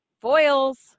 Foils